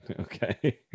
Okay